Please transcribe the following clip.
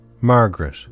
Margaret